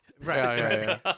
Right